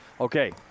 Okay